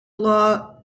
law